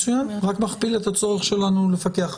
מצוין, זה רק מכפיל את הצורך שלנו לפקח.